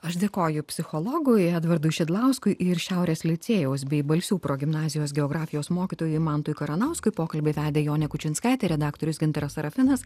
aš dėkoju psichologui edvardui šidlauskui ir šiaurės licėjaus bei balsių progimnazijos geografijos mokytojui mantui karanauskui pokalbį vedė jonė kučinskaitė redaktorius gintaras sarafinas